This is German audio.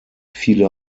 viele